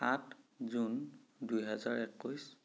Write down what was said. আঠ জুন দুহেজাৰ একৈছ